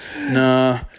no